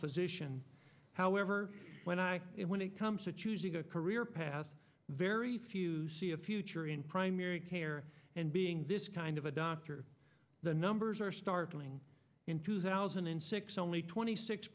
physician however when i when it comes to choosing a career path very few see a future in primary care and being this kind of a doctor the numbers are startling in two thousand and six only twenty six